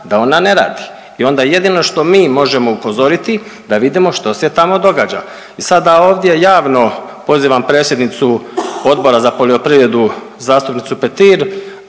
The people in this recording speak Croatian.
da ona ne radi. I onda jedino što mi možemo upozoriti da vidimo što se tamo događa. I sada ovdje javno pozivam predsjednicu Odbora za poljoprivrednu zastupnicu Petir